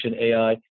AI